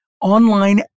online